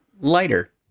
lighter